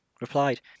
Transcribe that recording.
replied